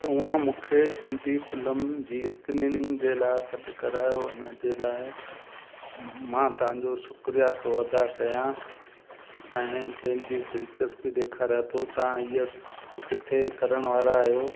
तव्हां मूंखे सिंधी फिल्म जी स्क्रीनिंग जे लाइ सॾु करायो उन जे लाइ मां तव्हांजो शुक्रिया थो अदा कयां ऐं पंहिंजी दिलचस्पी ॾिखारिया थो तव्हां ईअं किथे करणु वारा आहियो